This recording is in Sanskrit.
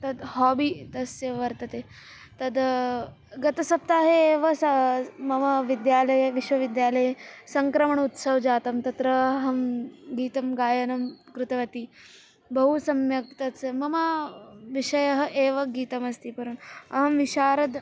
तत् हाबि तस्य वर्तते तद् गतसप्ताहे एव स मम विद्यालये विश्वविद्यालये सङ्क्रमणोत्सवं जातं तत्र अहं गीतगायनं कृतवती बहु सम्यक् तत्स मम विषयः एव गीतमस्ति परन्तु अहं विशारद